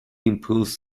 improves